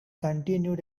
continued